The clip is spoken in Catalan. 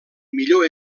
millor